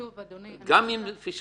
שוב, אדוני --- גם אם פישלתם?